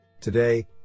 Today